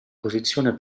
posizione